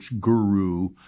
guru